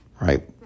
right